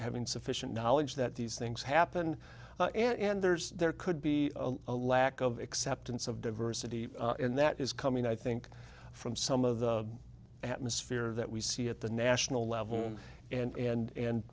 having sufficient knowledge that these things happen and there's there could be a lack of acceptance of diversity and that is coming i think from some of the atmosphere that we see at the national level and